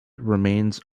remains